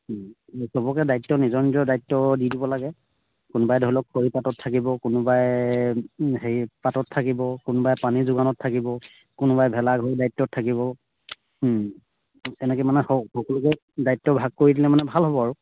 সবকে দায়িত্ব নিজৰ নিজৰ দায়িত্ব দি দিব লাগে কোনোবাই ধৰি লওক খৰি কাঠত থাকিব কোনোবাই হেৰি পাতত থাকিব কোনোবাই পানী যোগানত থাকিব কোনোবাই ভেলাঘৰৰ দায়িত্বত থাকিব এনেকৈ মানে স সকলোকে দায়িত্ব ভাগ কৰি দিলে মানে ভাল হ'ব আৰু